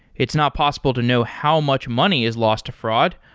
it's not possible to know how much money is lost to fraud,